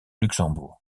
luxembourg